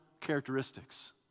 characteristics